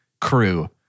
crew